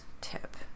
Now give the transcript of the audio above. tip